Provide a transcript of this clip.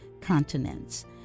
continents